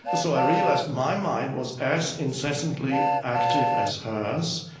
but so i realized my mind was as incessantly active as hers.